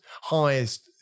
highest